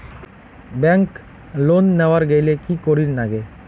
Bank loan নেওয়ার গেইলে কি করীর নাগে?